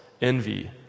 envy